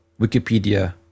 Wikipedia